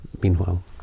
meanwhile